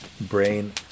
Brain